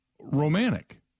romantic